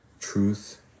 Truth